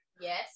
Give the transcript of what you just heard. Yes